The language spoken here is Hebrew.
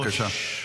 בבקשה,